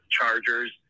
Chargers